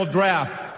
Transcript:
Draft